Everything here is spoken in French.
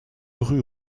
rue